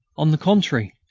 on the contrary,